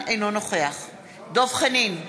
אינו נוכח דב חנין,